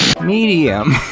Medium